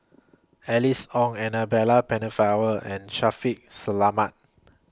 Alice Ong Annabel Pennefather and Shaffiq Selamat